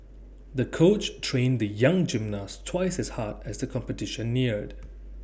the coach trained the young gymnast twice as hard as the competition neared